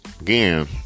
again